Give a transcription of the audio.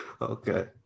Okay